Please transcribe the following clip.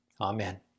amen